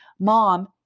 Mom